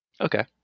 Okay